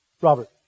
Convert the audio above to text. Robert